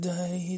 Day